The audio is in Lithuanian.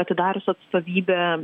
atidarius atstovybę